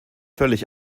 völlig